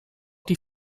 die